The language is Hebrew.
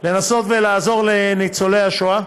לנסות ולעזור לניצולי השואה,